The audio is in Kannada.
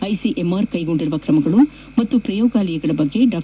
ಐಸಿಎಂಆರ್ ಕೈಗೊಂಡ ಕ್ರಮಗಳು ಹಾಗೂ ಪ್ರಯೋಗಾಲಯಗಳ ಬಗ್ಗೆ ಡಾ